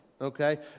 okay